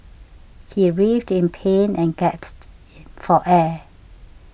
he writhed in pain and gasped for air